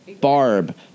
Barb